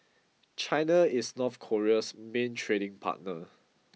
China is North Korea's main trading partner